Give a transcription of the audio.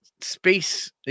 space